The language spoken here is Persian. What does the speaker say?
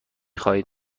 خواهید